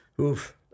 oof